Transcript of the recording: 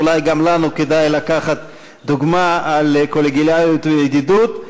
אולי גם לנו כדאי לקחת דוגמה על קולגיאליות וידידות,